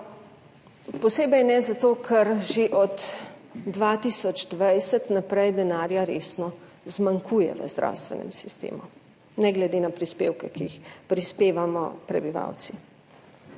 Posebej ne zato, ker že od 2020 naprej resno zmanjkuje denarja v zdravstvenem sistemu, ne glede na prispevke, ki jih prispevamo prebivalci.